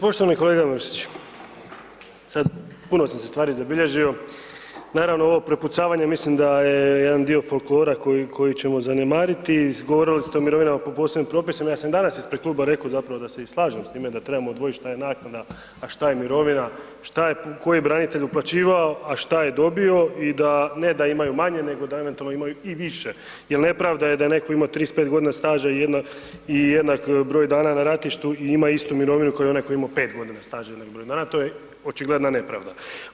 Poštovani kolega Mrsić, sad puno sam si stvari zabilježio, naravno ovo prepucavanje mislim da je jedan dio folklora koji ćemo zanemariti, govorili ste o mirovinama po posebnim propisima, ja sam danas ispred klub rekao zapravo i da se slažem s time da trebamo odvojiti šta je naknada a šta je mirovina, šta je koji branitelj uplaćivao a šta je dobio i da ne da imaju manje nego da eventualno i više jer nepravda je da netko ima od 35 g. staža i jednak broj dana na ratištu i ima istu mirovinu kao i onaj koji je imao 5 godina staža i jednak broj dana, to je očigledna nepravda.